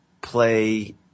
play